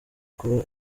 kuba